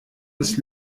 das